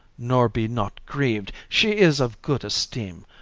nor be not griev'd she is of good esteem,